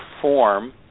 form